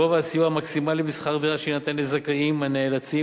גובה הסיוע המקסימלי בשכר דירה שיינתן לזכאים הנאלצים